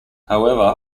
however